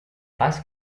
pas